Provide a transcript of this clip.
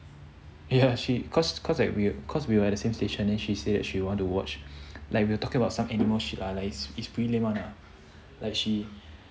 ya she cause cause like cause we we were the same station and she said that she want to watch like we were talking about some animals shit ah it's pretty lame one ah like she